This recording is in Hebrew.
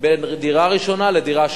בין דירה ראשונה לדירה שנייה.